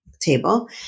table